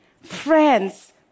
friends